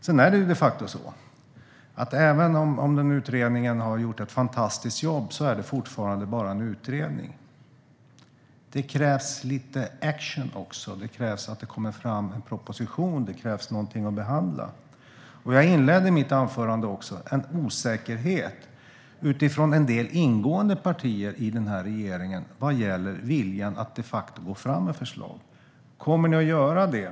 Sedan är det de facto så att även om utredningen nu har gjort ett fantastiskt jobb är det fortfarande bara en utredning. Det krävs lite action också. Det krävs en proposition. Det krävs någonting att behandla. Men det finns, som jag inledde mitt anförande med att säga, en osäkerhet utifrån en del i regeringen ingående partier vad gäller viljan att de facto gå fram med förslag. Kommer ni att göra det?